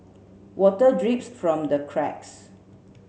water drips from the cracks